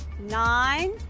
nine